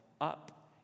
up